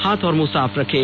हाथ और मुंह साफ रखें